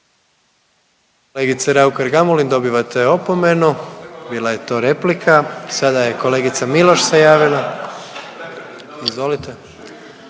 Kolegice Raukar-Gamulin, dobivate opomenu, bila je to replika. Sada je kolegica Miloš se javila, izvolite.